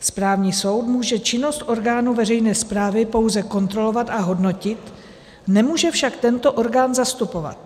Správní soud může činnost orgánu veřejné správy pouze kontrolovat a hodnotit, nemůže však tento orgán zastupovat.